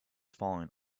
falling